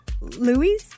Louis